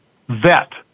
VET